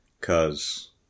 Cause